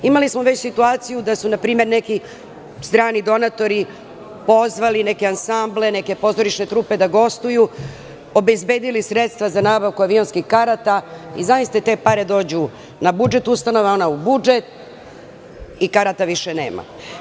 Imali smo već situaciju da su neki strani donatori pozvali neke ansamble, pozorišne trupe da gostuju, obezbedili sredstva za nabavku avionskih karata i zamislite te pare dođu na budžet ustanova, a one u budžet i karata više nema.